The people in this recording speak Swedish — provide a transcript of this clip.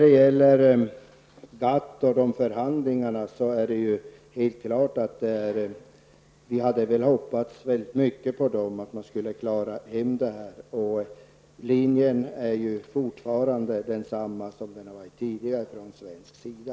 Det är klart att vi hoppades mycket på GATT och förhandlingarna och att dessa skulle gå bra. Linjen är fortfarande densamma som den varit tidigare från svensk sida.